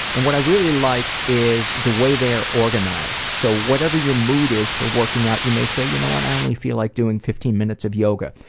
and what i really like is the way they're organized. so whatever your mood is for working out, you may say, you know what? i only feel like doing fifteen minutes of yoga.